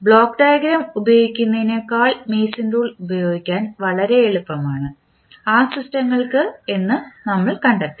block diagram ഉപയോഗിക്കുന്നതിനേക്കാൾ Mason rule ഉപയോഗിക്കാൻ വളരെ എളുപ്പമാണ് ആ സിസ്റ്റങ്ങൾക്ക് എന്ന് നമ്മൾ കണ്ടെത്തി